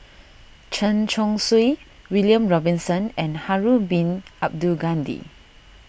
Chen Chong Swee William Robinson and Harun Bin Abdul Ghani